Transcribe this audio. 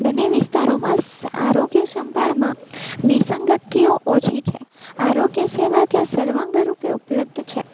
બને વિસ્તારોમાં આરોગ્ય સંભાળમાં વિસંગતિઓ ઓછી છે આરોગ્ય સેવા કે સર્વાંગરૂપે ઉપલબ્ધ છે